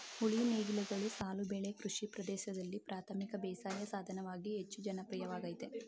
ಉಳಿ ನೇಗಿಲುಗಳು ಸಾಲು ಬೆಳೆ ಕೃಷಿ ಪ್ರದೇಶ್ದಲ್ಲಿ ಪ್ರಾಥಮಿಕ ಬೇಸಾಯ ಸಾಧನವಾಗಿ ಹೆಚ್ಚು ಜನಪ್ರಿಯವಾಗಯ್ತೆ